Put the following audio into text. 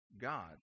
God